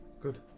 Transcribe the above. Good